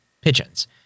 pigeons